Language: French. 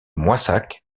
moissac